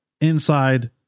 inside